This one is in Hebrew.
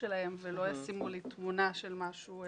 שלהם ולא ישימו לי תמונה של משהו,